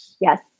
Yes